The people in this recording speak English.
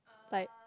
like